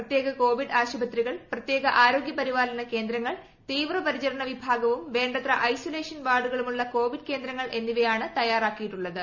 പ്രത്യേക കോവിഡ് ആശുപത്രികൾ പ്രത്യേക ആരോഗ്യ പരിപാലന കേന്ദ്രങ്ങൾ തീവ്രപരിചരണ വിഭാഗവും വേണ്ടത്ര ഐസൊലേഷൻ വാർഡുകളുമുള്ള കോവിഡ് കേന്ദ്രങ്ങൾ എന്നിവയാണ് തയ്യാറാക്കിയിട്ടുള്ളത്